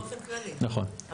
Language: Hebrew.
נכון.